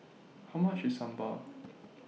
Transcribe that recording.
How much IS Sambal